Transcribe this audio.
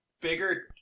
bigger